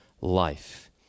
life